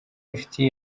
inshuti